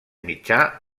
mitjà